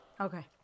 Okay